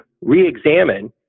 re-examine